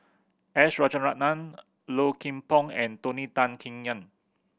S Rajaratnam Low Kim Pong and Tony Tan Keng Yam